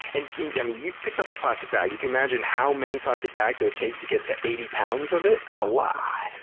and yeah you've picked up a plastic bag, you can imagine how many plastic bags it would take to get to eighty pounds of it. it's a lot!